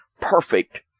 perfect